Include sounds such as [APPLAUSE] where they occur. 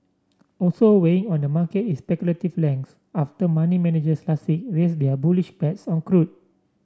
also weighing on the market is speculative length after money managers [UNINTELLIGIBLE] raise their bullish bets on crude